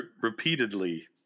Repeatedly